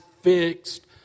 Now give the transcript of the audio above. fixed